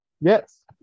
Yes